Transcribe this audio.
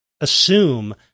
assume